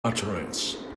utterance